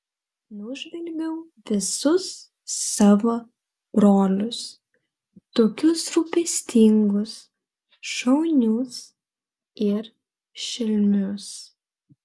nužvelgiau visus savo brolius tokius rūpestingus šaunius ir šelmius